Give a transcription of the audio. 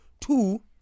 Two